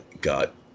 got